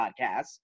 podcasts